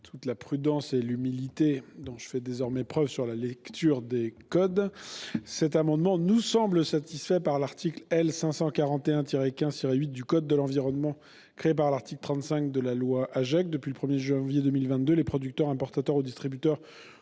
toute la prudence et l'humilité dont je fais désormais preuve dans la lecture des codes, je veux dire que cet amendement nous semble satisfait par l'article L. 541-15-8 du code de l'environnement créé par l'article 35 de la loi Agec. Depuis le 1 janvier 2022, les producteurs, importateurs et distributeurs